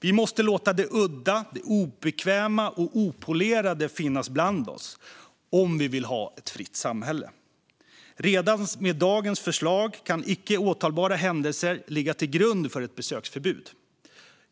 Vi måste låta det udda, det obekväma och opolerade finnas bland oss om vi vill ha ett fritt samhälle. Redan med dagens förslag kan icke åtalbara händelser ligga till grund för ett besöksförbud.